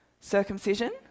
circumcision